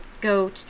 go